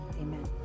amen